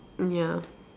mm ya